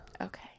Okay